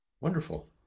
wonderful